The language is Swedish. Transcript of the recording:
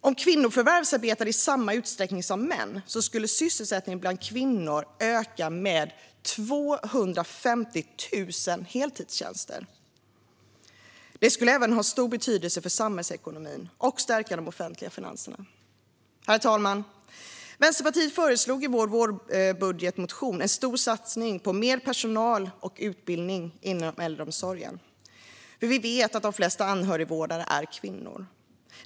Om kvinnor förvärvsarbetade i samma utsträckning som män skulle sysselsättningen bland kvinnor öka med 250 000 heltidstjänster. Det skulle även ha stor betydelse för samhällsekonomin och stärka de offentliga finanserna. Herr talman! Vi i Vänsterpartiet föreslog i vår vårbudgetmotion en stor satsning på mer personal och utbildning inom äldreomsorgen. Vi vet att de flesta anhörigvårdare är kvinnor.